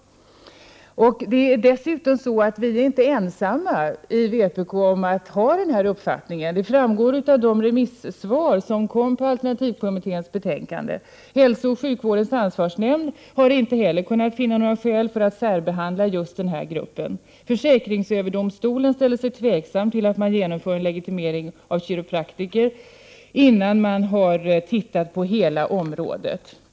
Dessutom är vi i vpk inte ensamma om vår uppfattning. Det framgår av de remissvar som kom i samband med alternativmedicinkommitténs betänkande. Hälsooch sjukvårdens ansvarsnämnd har inte heller kunnat finna några skäl för att särbehandla just denna grupp. Försäkringsöverdomstolen ställer sig tveksam till att man genomför legitimering av kiropraktorer innan man har studerat hela området.